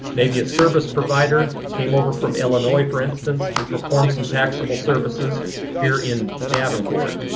maybe a service provider came over from illinois, for instance, and performed some taxable services here in davenport.